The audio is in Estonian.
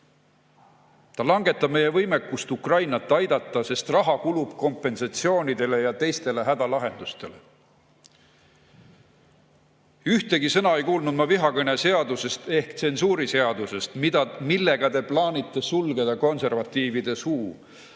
Ta langetab meie võimekust Ukrainat aidata, sest raha kulub kompensatsioonidele ja teistele hädalahendustele. Ühtegi sõna ei kuulnud ma vihakõneseadusest ehk tsensuuriseadusest, millega te plaanite sulgeda konservatiivide suu.